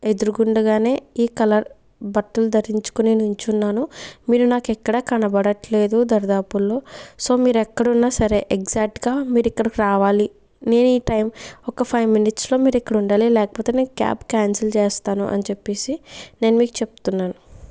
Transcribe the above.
ఎదురుకుండగానే ఈ కలర్ బట్టలు ధరించుకుని నించున్నాను మీరు నాకు ఎక్కడా కనబడట్లేదు దరిదాపుల్లో సో మీరు ఎక్కడున్నా సరే ఎగ్జాక్ట్ గా మీరు ఇక్కడికి రావాలి నేను ఈ టైం ఒక ఫైవ్ మినిట్స్ లో మీరు ఇక్కడ ఉండాలి లేకపోతే నేన్ క్యాబ్ క్యాన్సిల్ చేస్తాను అని చెప్పేసి నేన్ మీకు చెప్తున్నాను